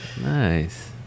nice